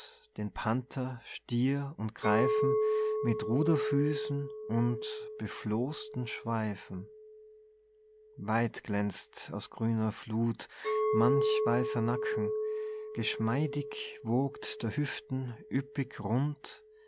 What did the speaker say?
den panther stier und greifen mit ruderfüßen und befloßten schweifen weit glänzt aus grüner fluth manch weißer nacken geschmeidig wogt der hüften üppig rund